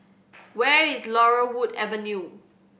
where is Laurel Wood Avenue